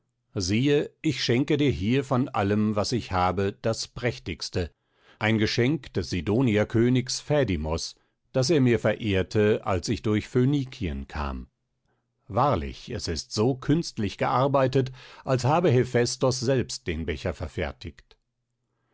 siehe ich schenke dir hier von allem was ich habe das prächtigste ein geschenk des sidonierkönigs phädimos das er mir verehrte als ich durch phönikien kam wahrlich es ist so künstlich gearbeitet als habe hephästos selbst den becher verfertigt